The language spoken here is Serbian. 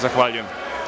Zahvaljujem.